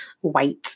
white